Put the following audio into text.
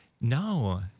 No